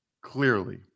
Clearly